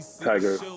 Tiger